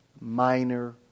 minor